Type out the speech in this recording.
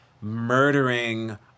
murdering